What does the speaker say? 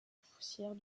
poussière